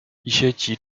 一些